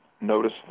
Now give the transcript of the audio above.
Notice